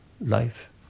life